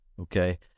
Okay